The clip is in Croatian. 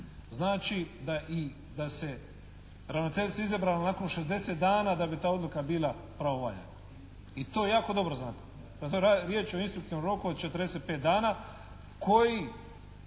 znači da se ravnateljica izabrala nakon 60 dana da bi ta odluka bila pravovaljana i to jako dobro znate da to riječ o instruktivnom roku od 45 dana koji